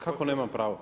Kako nemam pravo?